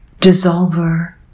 dissolver